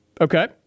Okay